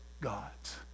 gods